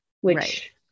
which-